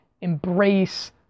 embrace